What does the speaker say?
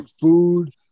food